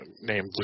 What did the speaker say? named